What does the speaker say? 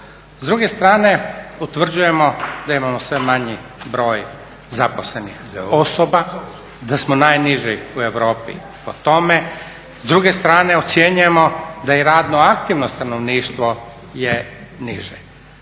S druge strane, utvrđujemo da imamo sve manji broj zaposlenih osoba, da samo najniži u Europi po tome, s druge strane ocjenjujemo da je radno aktivno stanovništvo je niže.